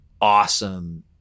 awesome